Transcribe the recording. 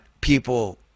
people